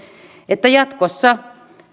että jatkossa